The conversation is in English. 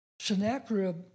Sennacherib